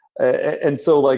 and so, like